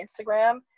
Instagram